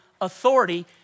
authority